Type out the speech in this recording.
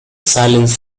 silence